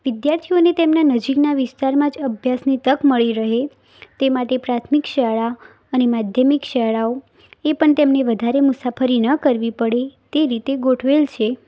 વિદ્યાર્થીઓને તેમના નજીકના વિસ્તારમાં જ અભ્યાસની તક મળી રહે તે માટે પ્રાથમિક શાળા અને માધ્યમિક શાળાઓએ પણ તેમને વધારે મુસાફરી ન કરવી પડે તે રીતે ગોઠવેલ છે